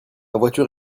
voiture